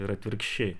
ir atvirkščiai